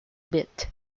bit